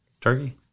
turkey